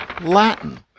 Latin